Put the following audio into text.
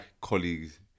colleagues